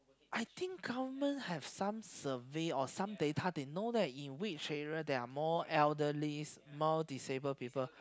I think government have some survey or some data they know that in which area there are more elderly more disable people